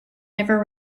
never